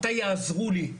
מתי יעזרו לי?